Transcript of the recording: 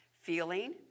Feeling